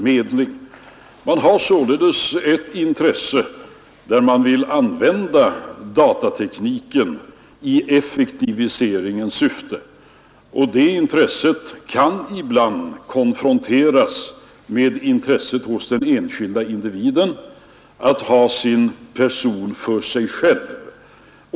Man har således ett intresse av att använda datatekniken i effektiviseringens syfte, och det intresset kan ibland konfronteras med intresset hos den enskilda individen av att ha sin person för sig själv.